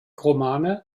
romane